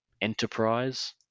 enterprise